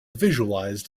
visualized